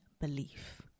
belief